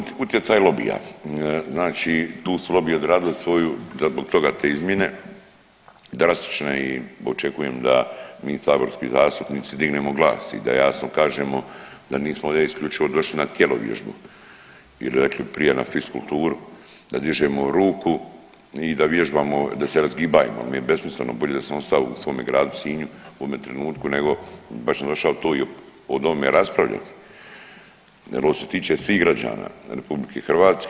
Pa očito utjecaj lobija, znači tu su lobiji odradili svoju zbog toga te izmjene drastične i očekujem da mi saborski zastupnici dignemo glas i da jasno kažemo da nismo ovdje isključivo došli na tjelovježbu i rekli bi prije na fiskulturu da dižemo ruku i da vježbamo da se razgibajemo jer mi je besmisleno, bolje da sam ostao u svome gradu Sinju u ovome trenutku nego baš sam došao tu i od ovome raspravljati jer ovo se tiče svih građana RH.